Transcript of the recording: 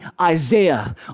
Isaiah